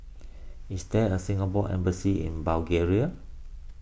is there a Singapore Embassy in Bulgaria